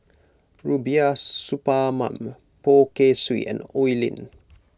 Rubiah Suparman Poh Kay Swee and Oi Lin